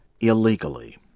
illegally